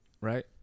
right